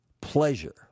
pleasure